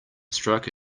strike